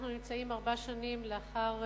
שאנחנו נמצאים ארבע שנים לאחר